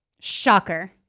Shocker